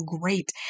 great